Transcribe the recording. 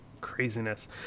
craziness